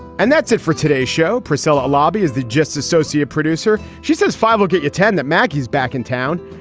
and that's it for today's show, pricella. lobby is the just associate producer. she says five will get you ten that maggie's back in town.